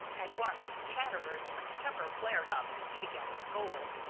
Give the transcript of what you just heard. at once chatterer's quick temper flared up and he began to scold.